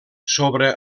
sobre